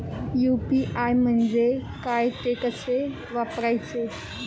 UPI म्हणजे काय, ते कसे वापरायचे?